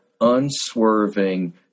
unswerving